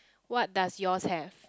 what does yours have